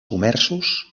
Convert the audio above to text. comerços